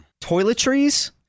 Toiletries